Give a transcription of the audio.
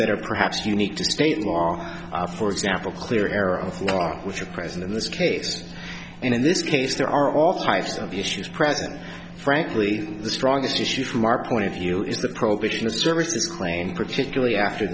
that are perhaps unique to state law for example clear air of which are present in this case and in this case there are all types of issues present frankly the strongest issue from our point of view is the prohibition of services claim particularly after